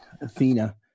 athena